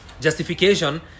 justification